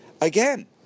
Again